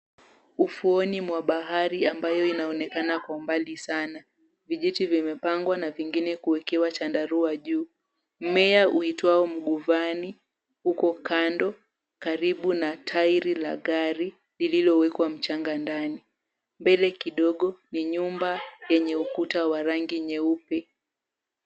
Ufuoni mwa bahari ambayo inaonekana kwa mbali sana. Vijiti vimepangwa na vingine kuwekewa chandarua juu. Mmea uitwao mnguvani uko kando karibu na tyre la gari lililowekwa mchanga ndani. Mbele kidogo ni nyumba yenye ukuta wa rangi nyeupe.